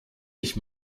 ich